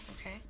Okay